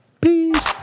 Peace